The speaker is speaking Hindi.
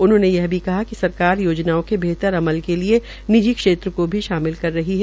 उन्होंने यह भी कहा कि सरकार योजनाओं को बेहतर अमल के लिए निजी क्षेत्र भी शामिल कर रही है